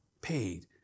paid